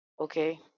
okay